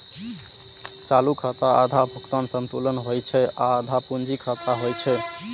चालू खाता आधा भुगतान संतुलन होइ छै आ आधा पूंजी खाता होइ छै